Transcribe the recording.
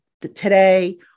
today